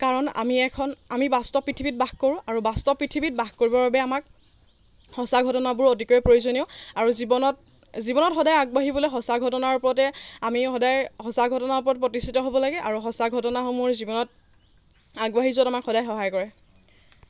কাৰণ আমি এখন আমি বাস্তৱ পৃথিৱীত বাস কৰোঁ আৰু বাস্তৱ পৃথিৱীত বাস কৰিবৰ বাবে আমাক সঁচা ঘটনাবোৰ অতীকৈ প্ৰয়োজনীয় আৰু জীৱনত জীৱনত সদায় আগবাঢ়িবলৈ সঁচা ঘটনাৰ ওপৰতে আমি সদায় সঁচা ঘটনাৰ ওপৰত প্ৰতিষ্ঠিত হ'ব লাগে আৰু সঁচা ঘটনাসমূহৰ জীৱনত আগবাঢ়ি যোৱাত আমাক সদায় সহায় কৰে